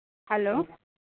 hello